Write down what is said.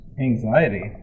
Anxiety